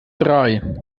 drei